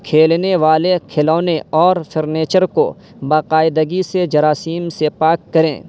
کھیلنے والے کھلونے اور فرنیچر کو باقاعدگی سے جراثیم سے پاک کریں